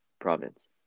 province